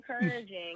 encouraging